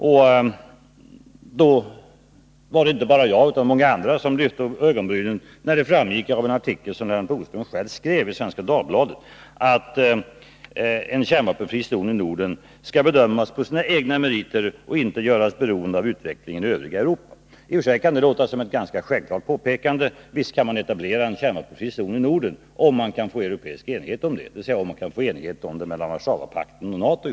Det var inte bara jag utan många andra som lyfte på ögonbrynen när det framgick av en artikel som Lennart Bodström själv skrev i Svenska Dagbladet att en kärnvapenfri zon i Norden skall bedömas på sina egna meriter och inte göras beroende av utvecklingen i övriga Europa. I och för sig kan det låta som ett ganska självklart påpekande — visst kan man etablera en kärnvapenfri zon i Norden, om man kan få europeisk enighet om det, dvs. om man i själva verket kan få enighet om det mellan Warszawapakten och NATO.